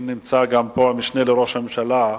אם נמצא פה המשנה לראש הממשלה,